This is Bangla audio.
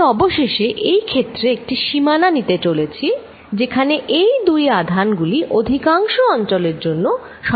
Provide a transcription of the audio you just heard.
আমি অবশেষে এই ক্ষেত্রে একটি সীমা নিতে চলেছি যেখানে এই দুই আধান গুলি অধিকাংশ অঞ্চলের জন্য সমাপতিত হবে